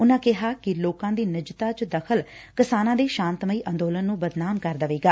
ਉਨੂਾ ਕਿਹਾ ਕਿ ਲੋਕਾਂ ਦੀ ਨਿਜੱਤਾ ਵਿਚ ਦਖਲ ਕਿਸਾਨਾਂ ਦੇ ਸ਼ਾਤਮਾਈ ਅੰਦੋਲਨ ਨੂੰ ਬਦਨਾਮ ਕਰ ਦੇਵੇਗਾ